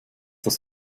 das